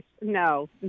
no